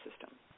system